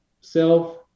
self